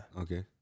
Okay